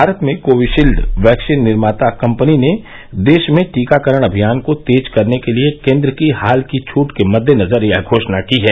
भारत में Covishield vaccine की निर्माता कम्पनी ने देश में टीकाकरण अभियान को तेज करने के लिए केन्द्र की हाल की छूट के मद्देनजर यह घोषणा की है